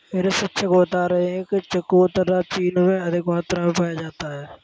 मेरे शिक्षक बता रहे थे कि चकोतरा चीन में अधिक मात्रा में पाया जाता है